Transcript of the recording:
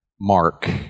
mark